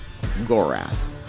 Gorath